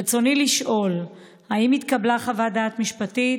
רצוני לשאול: 1. האם התקבלה חוות דעת משפטית?